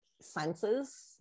senses